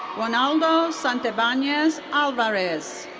ronaldo santibanez-alvarez.